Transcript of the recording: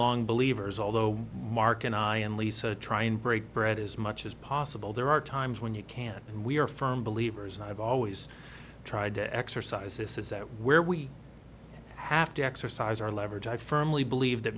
long believers although mark and i and lisa try and break bread as much as possible there are times when you can't and we are firm believers and i've always tried to exercise this is that where we have to exercise our leverage i firmly believe that